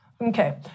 Okay